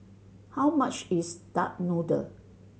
how much is duck noodle